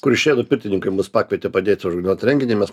kuršėnų pirtininkai mus pakvietė padėt suorganizuot renginį mes